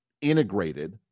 integrated